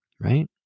right